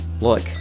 look